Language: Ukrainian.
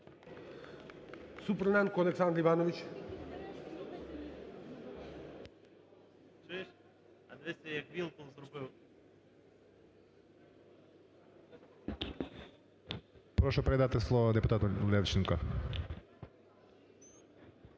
Прошу передати слово депутату Левченку.